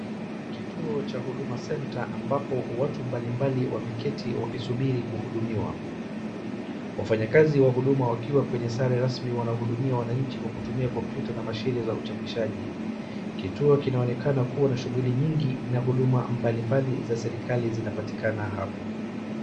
Kituo cha Huduma Center ambapo watu mbalimbali wameketi wakisubiri kuhudumiwa. Wafanyakazi wa Huduma wakiwa kwenye sare rasmi wanahudumia wananchi kwa kutumia kompyuta na mashine za uchapishaji. Kituo kinaonekana kuwa na shughuli nyingi na huduma mbalimabli za serikali zinaptikana hapo.